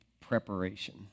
preparation